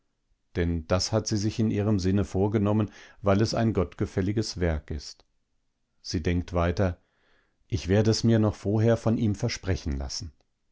denn das hat sie sich in ihrem sinne vorgenommen weil es ein gottgefälliges werk ist sie denkt weiter ich werde es mir noch vorher von ihm versprechen lassen